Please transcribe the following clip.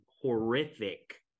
horrific